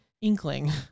inkling